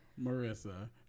Marissa